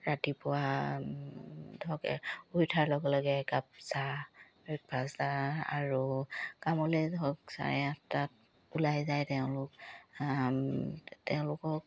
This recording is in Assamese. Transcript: ৰাতিপুৱা ধৰক শুই উঠাৰ লগে লগে একাপ চাহ ব্ৰেকফাষ্ট আৰু কামলে ধৰক চাৰে আঠটাত ওলাই যায় তেওঁলোক তেওঁলোকক